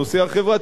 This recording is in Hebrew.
שאמר לנו,